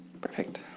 perfect